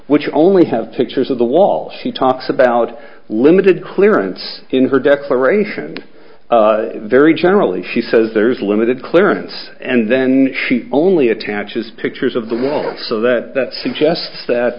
which only have pictures of the wall she talks about limited clearance in her declaration very generally she says there's limited clearance and then she only attaches pictures of the wall so that